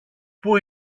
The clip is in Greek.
πού